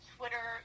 Twitter